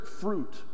fruit